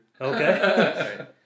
Okay